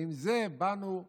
ועם זה באנו,